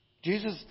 Jesus